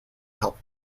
help